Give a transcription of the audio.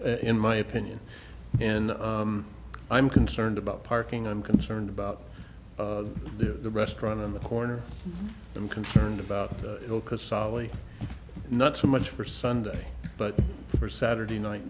in my opinion and i'm concerned about parking i'm concerned about the restaurant in the corner i'm concerned about because sadly not so much for sunday but for saturday night